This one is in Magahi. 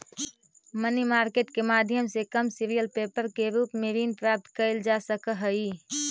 मनी मार्केट के माध्यम से कमर्शियल पेपर के रूप में ऋण प्राप्त कईल जा सकऽ हई